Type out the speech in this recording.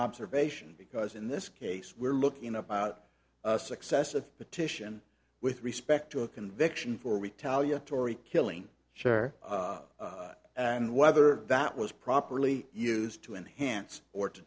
observation because in this case we're looking about the success of a petition with respect to a conviction for retaliatory killing sure and whether that was properly used to enhance or to